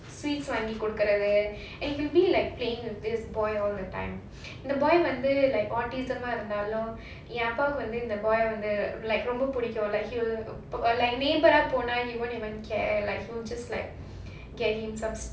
sweets வாங்கி கொடுக்கிறது:vangi kodukkirathu and he'll be like playing with this boy all the time the boy வந்து:vandhu like autism இருந்தாலும் என் அப்பாவுக்கு வந்து இந்த:irundhaalum en appavuku vandhu indha the boy வந்து:vandhu like ரொம்ப பிடிக்கும்:romba pidikum like he will like neighbour ah போனாலும்:ponaalum he won't even care like he'll just like get him some